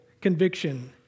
conviction